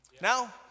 Now